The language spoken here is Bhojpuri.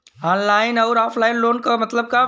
ऑनलाइन अउर ऑफलाइन लोन क मतलब का बा?